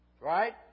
right